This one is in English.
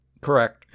Correct